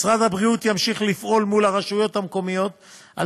משרד הבריאות ימשיך לפעול מול הרשויות המקומיות על